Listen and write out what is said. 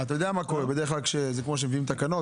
זה כמו שמביאים תקנות,